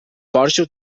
porxo